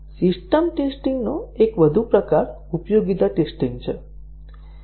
system testing નો એક વધુ પ્રકાર ઉપયોગિતા ટેસ્ટીંગ છે